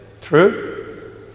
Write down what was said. True